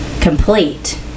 complete